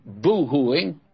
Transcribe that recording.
boohooing